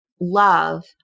love